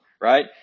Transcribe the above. right